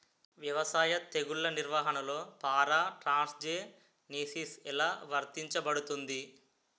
వ్యవసాయ తెగుళ్ల నిర్వహణలో పారాట్రాన్స్జెనిసిస్ఎ లా వర్తించబడుతుంది?